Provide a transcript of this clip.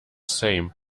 same